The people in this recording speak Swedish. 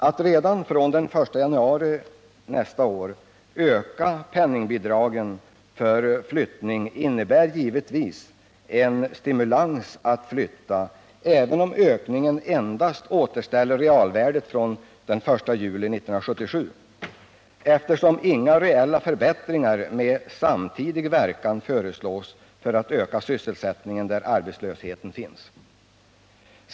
Att redan från den 1 januari nästa år öka penningbidragen för flyttning innebär givetvis en stimulans att flytta, även om ökningen endast återställer realvärdet från den 1 juli 1977, eftersom inga reella förbättringar med samtidig verkan föreslås för att öka sysselsättningen där arbetslösheten finns.